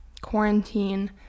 quarantine